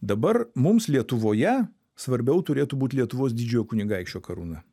dabar mums lietuvoje svarbiau turėtų būt lietuvos didžiojo kunigaikščio karūna